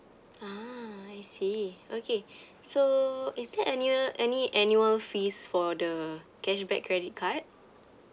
ah I see okay so is there annu~ any annual fees for the cashback credit card